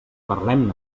parlem